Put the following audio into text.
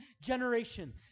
generation